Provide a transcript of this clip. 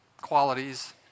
qualities